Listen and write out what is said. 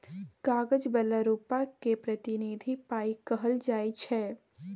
कागज बला रुपा केँ प्रतिनिधि पाइ कहल जाइ छै